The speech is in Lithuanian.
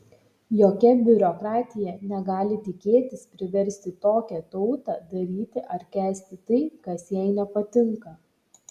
jokia biurokratija negali tikėtis priversti tokią tautą daryti ar kęsti tai kas jai nepatinka